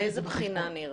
מאיזו בחינה הנזק?